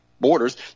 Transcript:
borders